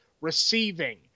receiving